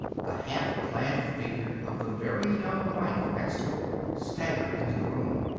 the half-clad figure of the very young wife next door staggered into the room.